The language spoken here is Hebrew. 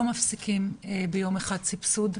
לא מפסיקים ביום אחד סבסוד.